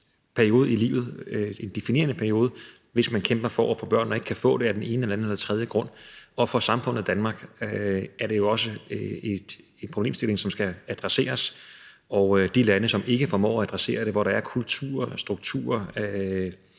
og definerende periode i livet, hvis man kæmper for at få børn og ikke kan få det af den ene, den anden eller den tredje grund. For det danske samfund er det jo også en problemstilling, som skal adresseres. De lande, der ikke formår at adressere den, og hvor der er kulturer, strukturer,